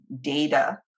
data